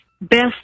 best